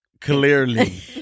Clearly